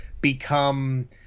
become